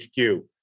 HQ